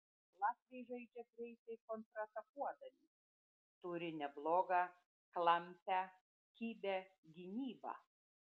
latviai žaidžia greitai kontratakuodami turi neblogą klampią kibią gynybą